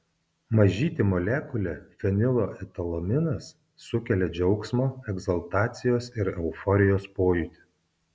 mažytė molekulė fenilo etilaminas sukelia džiaugsmo egzaltacijos ir euforijos pojūtį